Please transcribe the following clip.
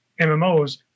MMOs